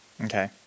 Okay